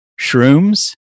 shrooms